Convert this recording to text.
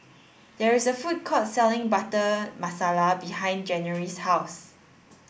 there is a food court selling Butter Masala behind January's house